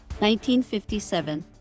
1957